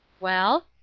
well?